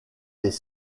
des